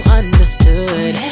understood